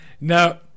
no